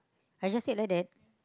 I just said like that